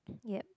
yup